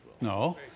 No